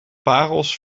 parels